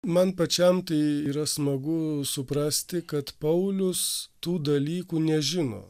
man pačiam tai yra smagu suprasti kad paulius tų dalykų nežino